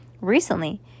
Recently